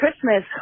Christmas